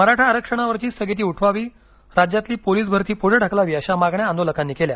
मराठा आरक्षणावरची स्थगिती उठवावी राज्यातली पोलीस भरती पुढे ढकलावी अशा मागण्या आंदोलकांनी केल्या